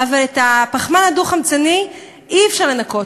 אבל את הפחמן הדו-חמצני אי-אפשר לנקות,